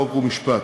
חוק ומשפט.